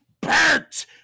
Bert